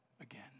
again